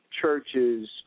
churches